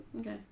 Okay